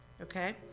okay